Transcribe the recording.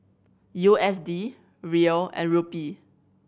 U S D Riel and Rupee